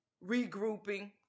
regrouping